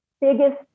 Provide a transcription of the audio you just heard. biggest